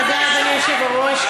תודה, אדוני היושב-ראש.